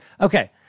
Okay